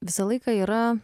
visą laiką yra